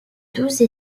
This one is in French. douze